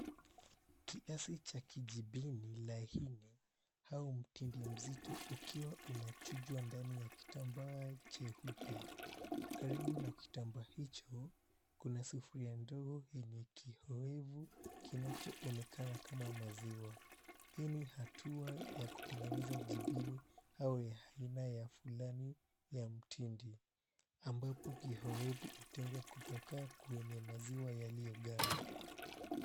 Kiasi cha kijibini la hili, au mtindi mzito ukiwa unachujwa ndani ya kitambaa cheupe. Karibu na kitambaa hicho, kuna sufuria ndogo yenye kiowevu kinachoonekana kama maziwa. Hii ni hatua ya kutengeneza jibini au aina ya fulani ya mtindi ambapo kiowevu hutengwa kutoka kwenye maziwa yaliyoganda.